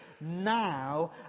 now